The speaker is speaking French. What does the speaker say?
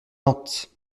lente